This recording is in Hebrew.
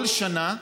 כל שנה נבנו,